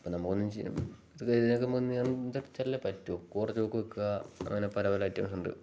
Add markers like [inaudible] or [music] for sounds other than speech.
അപ്പം നമുക്ക് എന്ന് ഇത് [unintelligible] പറ്റു [unintelligible] അങ്ങനെ പല പല ഐറ്റംസ് ഉണ്ട്